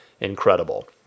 incredible